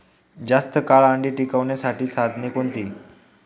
जास्त काळ अंडी टिकवण्यासाठी साधने कोणती?